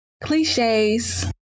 cliches